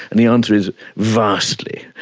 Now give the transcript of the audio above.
and the answer is vastly.